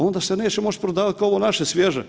Onda se neće moći prodavati kao ovo naše svježe.